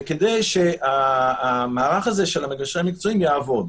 וכדי שהמערך הזה של המגשרים המקצועיים יעבוד.